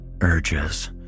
urges